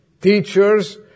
teachers